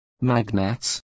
Magnets